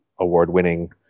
award-winning